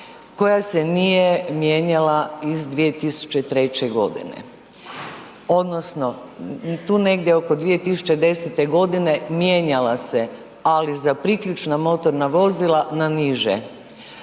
koja se nije mijenjala iz 2003. g. odnosno tu negdje oko 2010. g. mijenjala se ali za priključna motorna vozila na niže.